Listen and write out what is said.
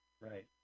Right